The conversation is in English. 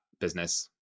business